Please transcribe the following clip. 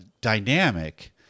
dynamic